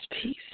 peace